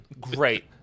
Great